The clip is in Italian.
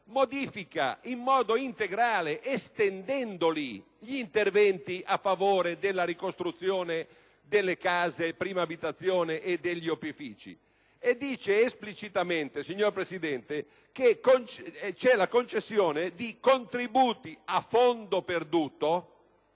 modifica in modo integrale, estendendoli, gli interventi a favore della ricostruzione delle case prima abitazione e degli opifici, stabilendo esplicitamente la concessione di contributi a fondo perduto,